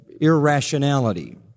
irrationality